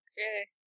Okay